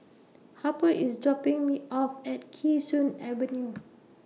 Harper IS dropping Me off At Kee Sun Avenue